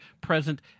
present